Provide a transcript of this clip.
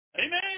Amen